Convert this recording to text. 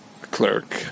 Clerk